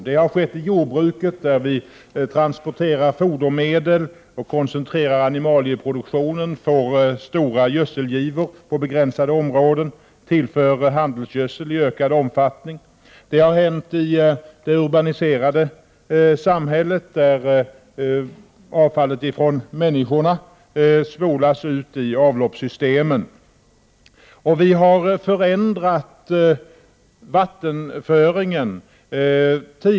Det har skett i jordbruket, där vi transporterar fodermedel och koncentrerar animalieproduktionen, får stora gödselgivor på begränsade områden och tillför handelsgödsel i ökad omfattning. Det har hänt i det urbaniserade samhället där avfallet från människorna spolas ut i avloppssystemen. Vi har förändrat vattenföringen.